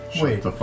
Wait